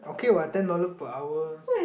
okay what ten dollar per hour